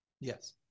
yes